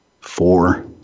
four